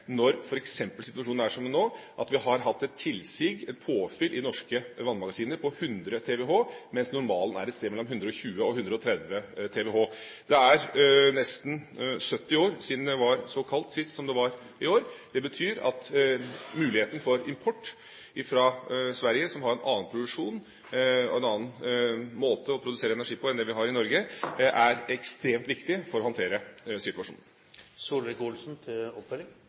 når f.eks. situasjonen er som nå, at vi har hatt et tilsig, et påfyll i norske vannmagasiner på 100 TWh, mens normalen er et sted mellom 120 og 130 TWh. Det er nesten 70 år siden det sist var så kaldt som det har vært i år. Det betyr at muligheten for import fra Sverige, som har en annen produksjon og en annen måte å produsere energi på enn det vi har i Norge, er ekstremt viktig for å håndtere situasjonen.